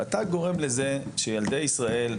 אתה גורם לזה שילדי ישראל,